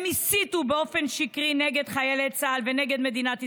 הם הסיתו באופן שקרי נגד חיילי צה"ל ונגד מדינת ישראל,